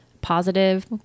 positive